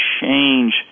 change